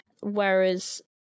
whereas